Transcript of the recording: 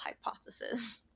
hypothesis